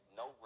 no